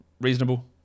Reasonable